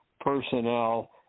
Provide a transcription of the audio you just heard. personnel